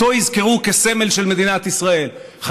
אותו יזכרו כסמל של מדינת ישראל,